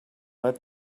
let